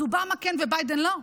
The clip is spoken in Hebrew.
אז אובמה כן, וביידן לא?